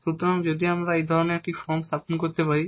সুতরাং যদি আমরা এই ধরনের একটি ফর্ম স্থাপন করতে পারি